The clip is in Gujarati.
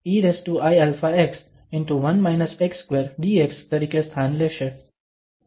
તો ઇન્ટિગ્રલ 1∫1 eiαx dx તરીકે સ્થાન લેશે